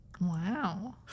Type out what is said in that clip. Wow